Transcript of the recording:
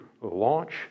launch